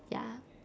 ya